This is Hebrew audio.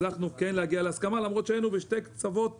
הצלחנו להגיע להסכמה, למרות שהיינו בשני קצוות